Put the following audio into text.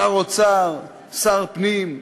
שר אוצר, שר פנים,